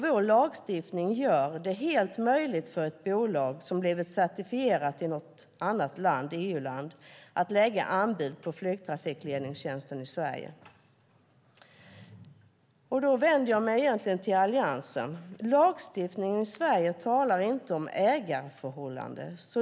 Vår lagstiftning gör det helt möjligt för ett bolag som blivit certifierat i något annat EU-land att lägga anbud på flygtrafikledningstjänsten i Sverige. Lagstiftningen i Sverige talar inte om ägarförhållanden.